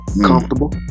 Comfortable